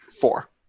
Four